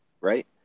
Right